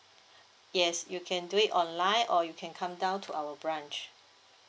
yes you can do it online or you can come down to our branch